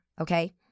okay